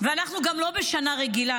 ואנחנו גם לא בשנה רגילה,